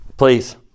Please